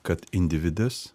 kad individas